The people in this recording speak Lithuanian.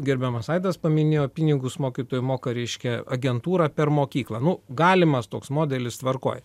gerbiamas aidas paminėjo pinigus mokytojų moka reiškia agentūra per mokyklą nu galimas toks modelis tvarkoj